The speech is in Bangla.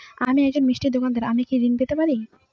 আমি একজন মিষ্টির দোকাদার আমি কি ঋণ পেতে পারি?